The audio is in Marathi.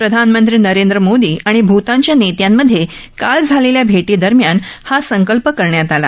प्रधानमंत्री नरेंद्र मोदी आणि भूतानच्या नेत्यांमध्ये काल झालेल्या भेटीदरम्यान हा संकल्प करण्यात आला